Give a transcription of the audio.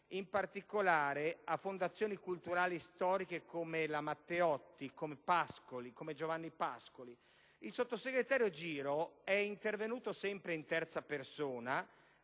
in particolare alle fondazioni culturali storiche, come la «Giacomo Matteotti» e come la «Giovanni Pascoli». Il sottosegretario Giro è intervenuto sempre in terza persona,